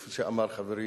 כפי שאמר חברי